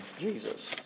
Jesus